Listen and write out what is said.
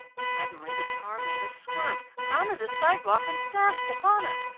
suddenly the car made a swerve, mounted the sidewalk and dashed upon her.